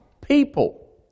people